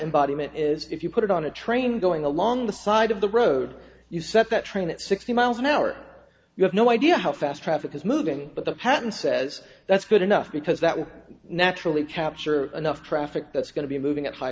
embodiment is if you put it on a train going along the side of the road you set that train at sixty miles an hour you have no idea how fast traffic is moving but the pattern says that's good enough because that would naturally capture enough traffic that's going to be moving at high